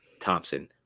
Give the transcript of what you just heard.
Thompson